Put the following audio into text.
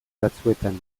batzuetan